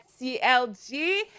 CLG